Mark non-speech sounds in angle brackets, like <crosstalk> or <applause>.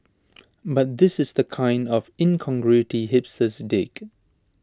<noise> but this is the kind of incongruity hipsters dig